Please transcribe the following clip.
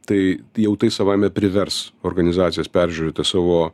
tai jau tai savaime privers organizacijas peržiūrėti savo